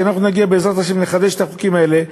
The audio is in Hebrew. וכשאנחנו נגיע בעזרת השם נחדש את החוקים האלה,